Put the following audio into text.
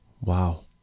Wow